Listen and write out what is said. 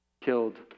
killed